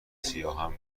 سیاهم